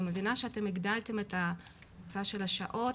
אני מבינה שאתם הגדלתם את המכסה של השעות.